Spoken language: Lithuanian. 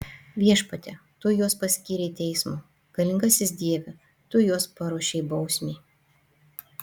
viešpatie tu juos paskyrei teismui galingasis dieve tu juos paruošei bausmei